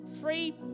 free